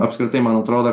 apskritai man atrodo